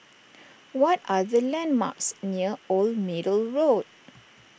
what are the landmarks near Old Middle Road